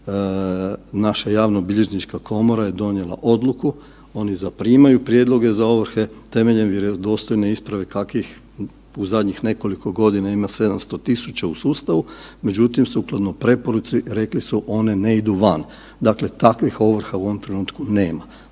naše Javnobilježnička komora je donijela odluku, oni zaprimaju prijedloge za ovrhe temeljem vjerodostojne isprave kakvih u zadnjih nekoliko godina ima 700 tisuća u sustavu, međutim, sukladno preporuci, rekli su, one ne idu van. Dakle, takvih ovrha u ovom trenutku nema.